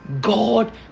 god